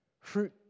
fruit